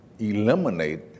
eliminate